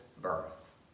birth